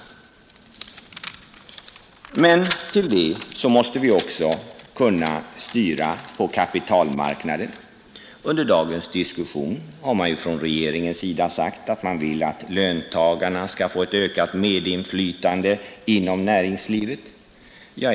Men dessutom måste vi också kunna styra kapitalmarknaden. Under dagens diskussion har man från regeringens sida sagt att man vill att löntagarna skall få ökat medinflytande inom näringslivet.